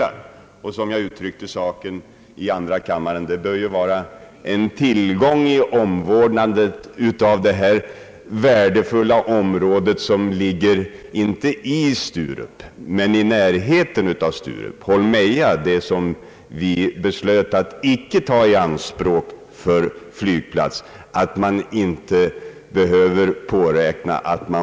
Och det måste ju vara en tillgång, som jag uttryckte saken i andra kammaren, att man inte behöver räkna med risken att få soptippar i detta värdefulla område, som ligger inte i men i närheten av Sturup, alltså Holmeja, som vi beslöt att icke ta i anspråk för flygplatsen.